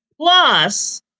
Plus